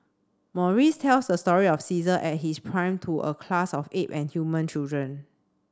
Maurice tells the story of Caesar at his prime to a class of ape and human children